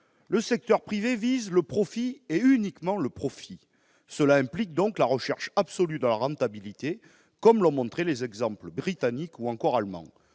Le secteur privé vise le profit et uniquement le profit. Cela implique donc la recherche absolue de la rentabilité, comme l'ont montré les exemples britannique et allemand